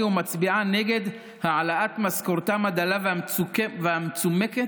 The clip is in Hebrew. ומצביעה נגד העלאת משכורתם הדלה והמצומקת,